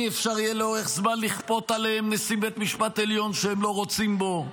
אי-אפשר לאורך זמן לכפות עליהם נשיא בית משפט עליון שהם לא רוצים בו,